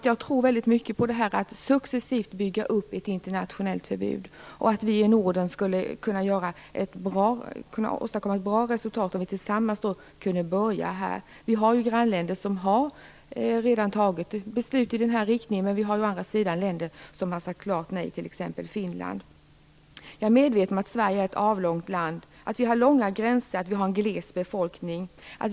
Jag tror mycket på att successivt bygga upp ett internationellt förbud och på att vi i Norden skulle kunna åstadkomma ett bra resultat om vi tillsammans börjar här. Vi har ju grannländer som redan har fattat beslut i den här riktningen, men det finns å andra sidan länder som har sagt klart nej, t.ex. Finland. Jag är medveten om att Sverige är ett avlångt land, har långa gränser och är glesbefolkat.